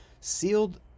sealed